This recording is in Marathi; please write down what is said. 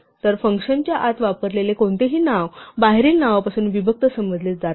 तर फंक्शनच्या आत वापरलेले कोणतेही नाव बाहेरील नावापासून विभक्त समजले जाते